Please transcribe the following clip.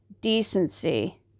decency